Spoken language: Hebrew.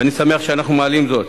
ואני שמח שאנחנו מעלים זאת.